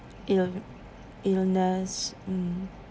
ill illness mm